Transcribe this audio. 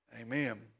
Amen